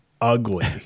ugly